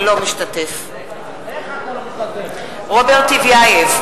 אינו משתתף בהצבעה רוברט טיבייב,